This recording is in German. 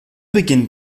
beginn